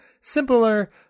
simpler